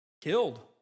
Killed